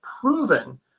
proven